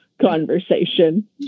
conversation